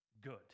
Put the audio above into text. good